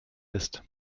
ist